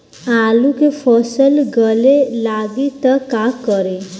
आलू के फ़सल गले लागी त का करी?